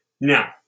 Now